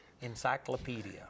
encyclopedia